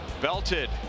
Belted